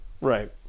Right